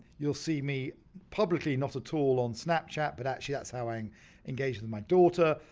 you'll see me publicly not at all on snapchat but actually that's how i engage with my daughter